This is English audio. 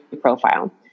profile